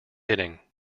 hitting